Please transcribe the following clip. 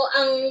ang